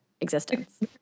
existence